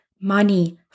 money